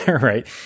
right